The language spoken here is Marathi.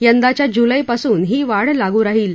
यंदाच्या जुलैपासून ही वाढ लागू राहील